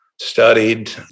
studied